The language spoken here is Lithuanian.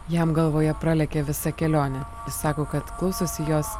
jam galvoje pralekia visa kelionė jis sako kad klausosi jos